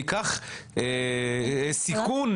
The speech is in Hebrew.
שניקח סיכון,